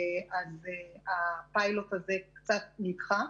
אז הפיילוט הזה קצת נדחה.